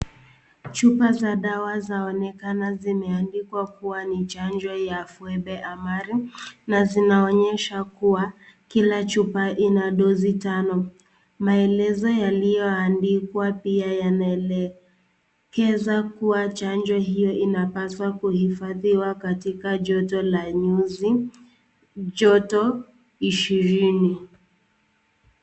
Chupa za dawa zaonekana zimeandikwa kuwa ni chanjo ya Febre Amarela na zinaonyesha kuwa kila chupa ina dosi tano. Maelezo yaliyoandikwa pia yanaelekeza kuwa chanjo hiyo inapaswa kuhifadhiwa katika joto la nyuzi joto ishirini.